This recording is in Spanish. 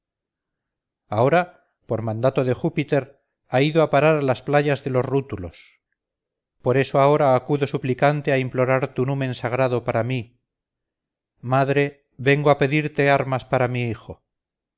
ahora por mandato de júpiter ha ido a parar a las playas de los rútulos por eso ahora acudo suplicante a implorar tu numen sagrado para mí madre vengo a pedirte armas para mi hijo